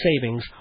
savings